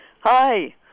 Hi